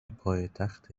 پایتحت